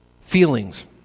feelings